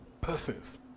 persons